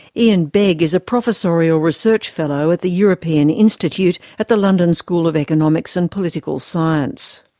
iain begg is a professorial research fellow at the european institute at the london school of economics and political science.